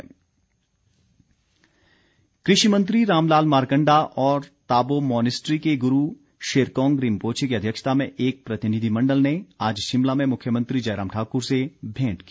भेंट कृषि मंत्री रामलाल मारकण्डा और ताबो मॉनिस्ट्री के गुरू शरेकोंग रिपोंछे की अध्यक्षता में एक प्रतिनिधिमण्डल ने आज शिमला में मुख्यमंत्री जयराम ठाकुर से भेंट की